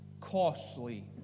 costly